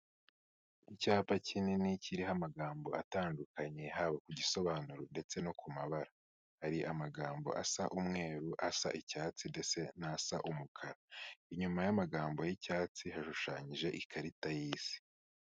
Icyapa kinini kiriho amagambo atandukanye, haba ku gisobanuro ndetse no ku mabara. Hari amagambo asa umweru, asa icyatsi ndetse n'asa umukara. Inyuma y'amagambo y'icyatsi hashushanyije ikarita y'Isi.